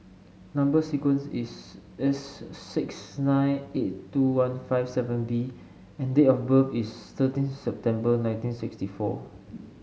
number sequence is S six nine eight two one five seven B and date of birth is thirteen September nineteen sixty four